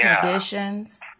conditions